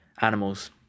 animals